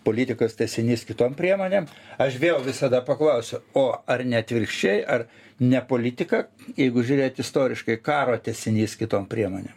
politikos tęsinys kitom priemonėm aš vėl visada paklausiu o ar ne atvirkščiai ar ne politika jeigu žiūrėt istoriškai karo tęsinys kitom priemonėm